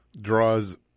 draws